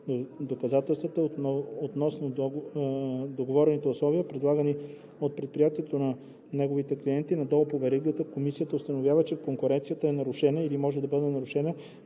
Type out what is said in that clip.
доказателства относно договорните условия, предлагани от предприятието на неговите клиенти надолу по веригата, комисията установи, че конкуренцията е нарушена или може да бъде нарушена